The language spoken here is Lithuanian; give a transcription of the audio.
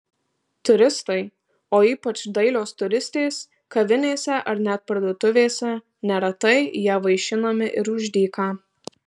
turistai o ypač dailios turistės kavinėse ar net parduotuvėse neretai ja vaišinami ir už dyką